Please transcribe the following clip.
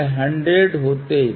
ω 0 पर यह short circuit कार्य करेगा